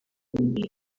kureba